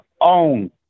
own